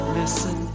listen